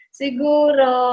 siguro